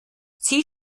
sie